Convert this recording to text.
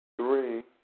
three